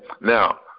Now